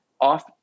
off